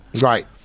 Right